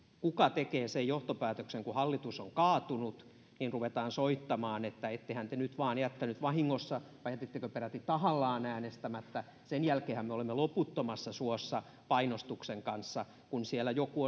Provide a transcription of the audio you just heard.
kuka tekee sen johtopäätöksen kun hallitus on kaatunut että ruvetaan soittamaan että ettehän te nyt vain jättänyt vahingossa äänestämättä vai jätittekö peräti tahallaan äänestämättä sen jälkeenhän me olemme loputtomassa suossa painostuksen kanssa kun siellä joku